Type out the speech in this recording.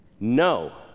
No